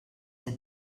had